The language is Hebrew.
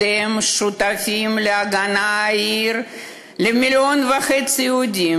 אתם הייתם שותפים להגנת העיר ולמיליון וחצי היהודים